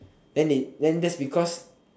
then they then that's because